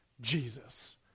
jesus